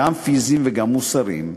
גם פיזיים וגם מוסריים,